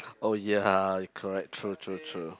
oh ya correct true true true